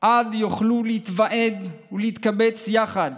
עד שיוכלו להתוועד ולהתקבץ יחד